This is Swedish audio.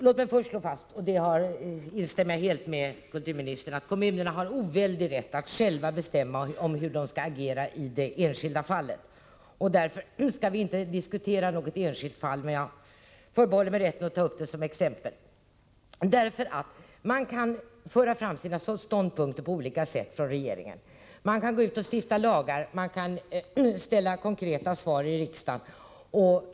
Låt mig först slå fast — och däri instämmer jag helt med kulturministern — att kommunerna har oväldig rätt att själva bestämma hur de skall agera i de enskilda fallen. Därför skall vi inte diskutera något enskilt fall, men jag förbehåller mig rätten att ta upp ett som exempel. Regeringen kan föra fram sina ståndpunkter på olika sätt. Man kan stifta lagar, och man kan ge konkreta svar i riksdagen.